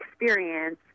experience